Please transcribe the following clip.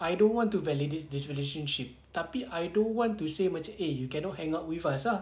I don't want to validate this relationship tapi I don't want to say macam eh you cannot hang out with us ah